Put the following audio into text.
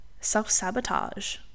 self-sabotage